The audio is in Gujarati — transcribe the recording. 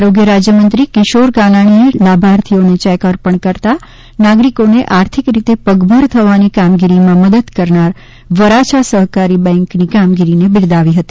આરોગ્ય રાજ્યમંત્રી કિશોર કાનાણીએ લાભાર્થીઓને ચેક અર્પણ કરતાં નાગરિકોને આર્થિક રીતે પગભર થવાની કામગીરીમાં મદદ કરનાર વરાછા સહકારી બેન્કની કામગીરી બિરદાવી હતી